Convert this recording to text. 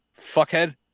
Fuckhead